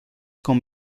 con